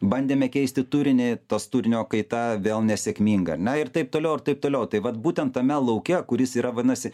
bandėme keisti turinį tas turinio kaita vėl nesėkminga ar ne ir taip toliau ir taip toliau tai vat būtent tame lauke kuris yra vadinasi